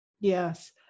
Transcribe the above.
Yes